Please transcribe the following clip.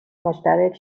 مشترک